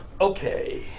Okay